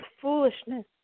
foolishness